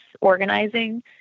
organizing